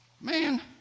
Man